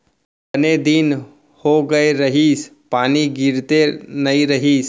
बने दिन हो गए रहिस, पानी गिरते नइ रहिस